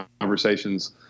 conversations